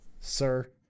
sir